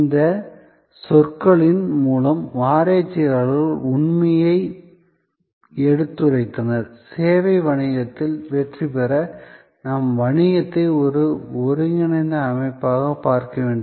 இந்த சொற்களின் மூலம் ஆராய்ச்சியாளர்கள் உண்மையை எடுத்துரைத்தனர் சேவை வணிகத்தில் வெற்றி பெற நாம் வணிகத்தை ஒரு ஒருங்கிணைந்த அமைப்பாக பார்க்க வேண்டும்